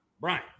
Brian